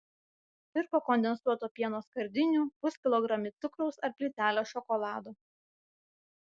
pirko kondensuoto pieno skardinių puskilogramį cukraus ar plytelę šokolado